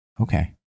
okay